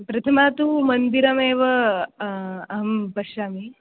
प्रथमं तु मन्दिरमेव अहं पश्यामि